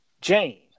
Jane